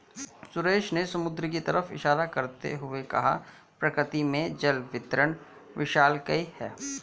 सुरेश ने समुद्र की तरफ इशारा करते हुए कहा प्रकृति में जल वितरण विशालकाय है